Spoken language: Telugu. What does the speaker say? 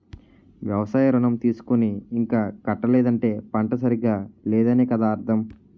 వ్యవసాయ ఋణం తీసుకుని ఇంకా కట్టలేదంటే పంట సరిగా లేదనే కదా అర్థం